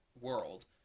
world